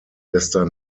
bester